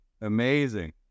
Amazing